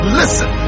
listen